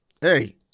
hey